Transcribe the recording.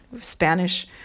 Spanish